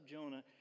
Jonah